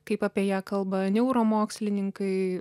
kaip apie ją kalba neuromokslininkai